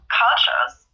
cultures